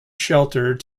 shelter